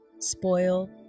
spoil